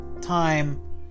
time